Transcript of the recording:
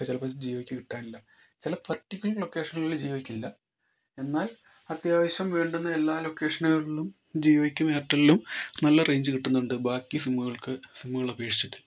പക്ഷേ ചിലപ്പോൾ ജിയോയ്ക്ക് കിട്ടാനില്ല ചില പർട്ടിക്കുലർ ലൊക്കേഷനുകളിൽ ജിയോയ്ക്ക് ഇല്ല എന്നാൽ അത്യാവശ്യം വേണ്ടുന്ന എല്ലാ ലൊക്കേഷനുകളിലും ജിയോയ്ക്കും എയർടെല്ലിനും നല്ല റേഞ്ച് കിട്ടുന്നുണ്ട് ബാക്കി സിമ്മുകൾക്ക് സിമ്മുകളെ അപേക്ഷിച്ചിട്ട്